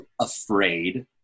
afraid